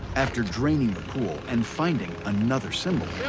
after draining the pool and finding another symbol.